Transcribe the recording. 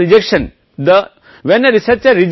इसका परीक्षण कैसे करते हैं कि मूल रूप से अंतिम हैं